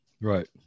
Right